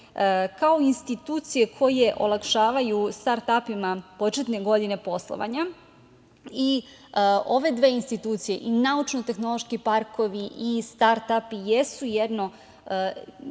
kao institucije koje olakšavaju start-apima početne godine poslovanja. Ove dve institucije, i naučno-tehnološki parkovi i start-api jesu jedan